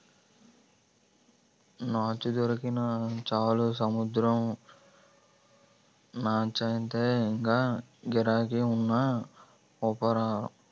నాచు దొరికినా చాలు సముద్రం నాచయితే ఇంగా గిరాకీ ఉన్న యాపారంరా